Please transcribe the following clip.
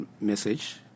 message